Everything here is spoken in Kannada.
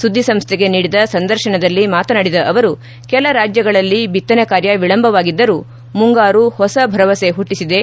ಸುದ್ಗಿಸಂಸ್ಥೆಗೆ ನೀಡಿದ ಸಂದರ್ಶನದಲ್ಲಿ ಮಾತನಾಡಿದ ಅವರು ಕೆಲ ರಾಜ್ಯಗಳಲ್ಲಿ ಬಿತ್ತನೆ ಕಾರ್ಯ ವಿಳಂಬವಾಗಿದ್ದರೂ ಮುಂಗಾರು ಹೊಸ ಭರವಸೆ ಹುಟ್ಟಿಸಿದೆ